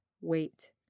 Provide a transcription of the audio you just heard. wait